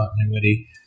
continuity